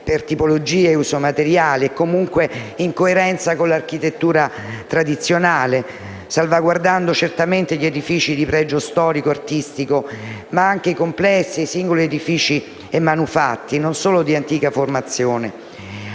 per tipologie e uso dei materiali, e comunque in coerenza con l'architettura tradizionale, salvaguardando certamente gli edifici di pregio storico e artistico, ma anche i complessi e i singoli edifici e manufatti non solo di antica formazione,